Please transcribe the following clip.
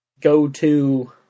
go-to